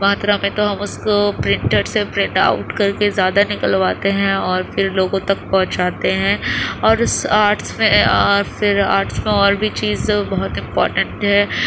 ماترا میں تو ہم اس کو پرنٹر سے پرنٹ آؤٹ کر کے زیادہ نکلواتے ہیں اور پھر لوگوں تک پہنچاتے ہیں اور اس آرٹس میں اور پھر آرٹس میں اور بھی چیز بہت امپاٹینٹ ہے